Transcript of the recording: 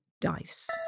dice